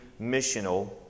missional